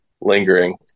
lingering